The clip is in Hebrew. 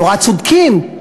נורא צודקים,